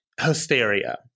hysteria